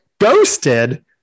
ghosted